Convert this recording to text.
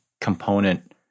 component